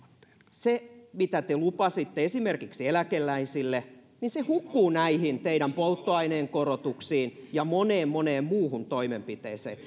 se mitä te lupasitte esimerkiksi eläkeläisille hukkuu näihin teidän polttoaineen korotuksiinne ja moneen moneen muuhun toimenpiteeseen